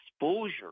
exposure